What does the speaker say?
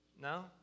No